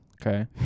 Okay